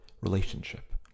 relationship